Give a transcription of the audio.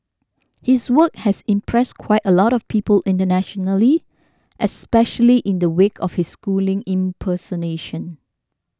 his work has impressed quite a lot of people internationally especially in the wake of his schooling impersonation